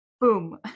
Boom